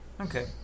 Okay